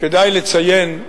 כדאי לציין,